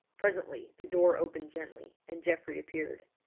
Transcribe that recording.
presently the door opened gently, and geoffrey appeared.